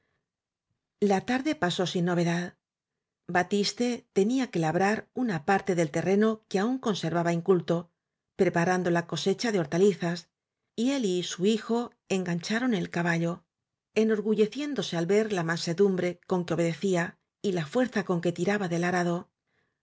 la tarde pasó sin novedad batiste tenía que labrar una parte del terreno que aún ñ conservaba inculto preparando la cosecha de hortalizas y él y su hijo engancharon el caballo enorgulleciéndose al ver la mansedum bre con que obedecía y la fuerza con que tiraba del arado